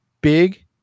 big